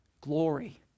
Glory